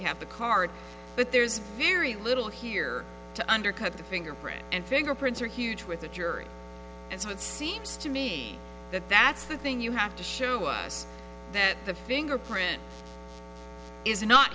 have the card but there's very little here to undercut the fingerprint and fingerprints are huge with the jury and so it seems to me that that's the thing you have to show us that the fingerprint is not